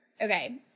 okay